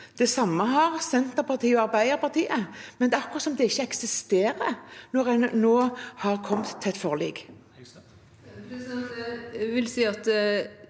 Det samme har Senterpartiet og Arbeiderpartiet, men det er akkurat som det ikke eksisterer når en nå har kommet til et forlik.